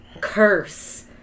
curse